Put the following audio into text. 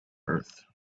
earth